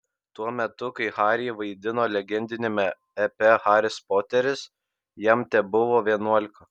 tuo metu kai harry vaidino legendiniame epe haris poteris jam tebuvo vienuolika